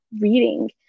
reading